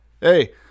Hey